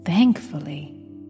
Thankfully